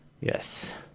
Yes